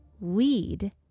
Weed